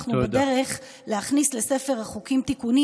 אנחנו בדרך להכניס לספר החוקים תיקונים